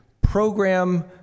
program